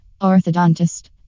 Orthodontist